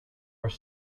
also